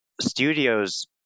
studios